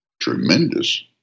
tremendous